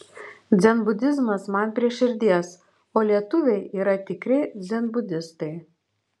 dzenbudizmas man prie širdies o lietuviai yra tikri dzenbudistai